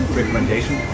recommendation